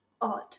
Odd